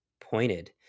pointed